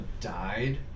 died